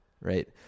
Right